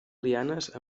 lianes